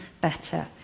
better